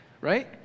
right